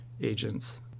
agents